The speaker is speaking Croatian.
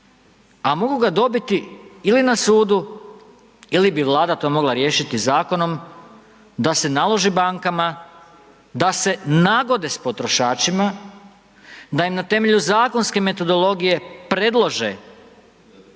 a mogu ga dobiti ili na Sudu, ili bi Vlada to mogla riješiti zakonom da se naloži bankama da se nagode s potrošačima, da im na temelju zakonske metodologije predlože kako